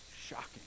shocking